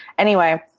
anyway,